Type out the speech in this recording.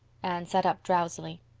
anne sat up drowsily.